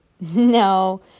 No